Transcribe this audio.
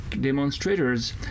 demonstrators